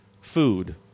food